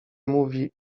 mówi